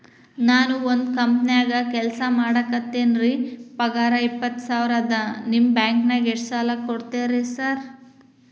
ನಾನ ಒಂದ್ ಕಂಪನ್ಯಾಗ ಕೆಲ್ಸ ಮಾಡಾಕತೇನಿರಿ ಪಗಾರ ಇಪ್ಪತ್ತ ಸಾವಿರ ಅದಾ ನಿಮ್ಮ ಬ್ಯಾಂಕಿನಾಗ ಎಷ್ಟ ಸಾಲ ಕೊಡ್ತೇರಿ ಸಾರ್?